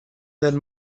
del